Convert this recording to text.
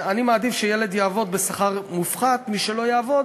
אני מעדיף שילד יעבוד בשכר מופחת מאשר שלא יעבוד,